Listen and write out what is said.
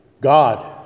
God